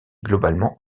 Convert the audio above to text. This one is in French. globalement